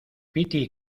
piti